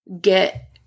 get